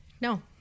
no